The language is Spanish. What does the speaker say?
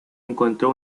encontró